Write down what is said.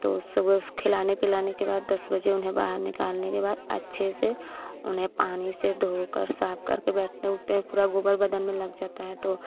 तो उसे बस खिलाने पिलाने के बाद दस बजे उन्हें बाहर निकालने के बाद अच्छे से उन्हें पानी से धोकर साफ करके बैठते उठते हैं पूरा गोबर बदन में लग जाता है तो